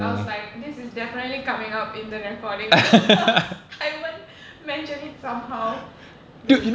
I was like this is definitely coming up in the recording cause I will mention it somehow dude